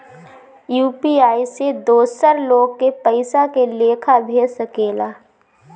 UPI से दोसर लोग के पइसा के लेखा भेज सकेला?